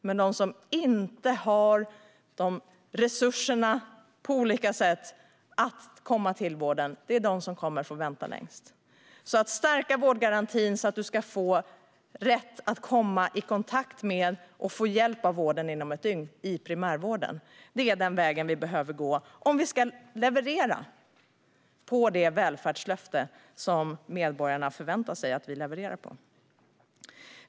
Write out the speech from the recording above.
Men de som inte har resurser på olika sätt för att komma till vård är de som kommer att få vänta längst. Att stärka vårdgarantin så att du får rätt att komma i kontakt med och få hjälp av vården inom ett dygn i primärvården är den väg vi behöver gå om vi ska leverera på det välfärdslöfte som medborgarna förväntar sig att vi levererar på.